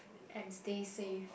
and stay safe